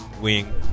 Wing